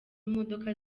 imodoka